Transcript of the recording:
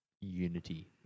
unity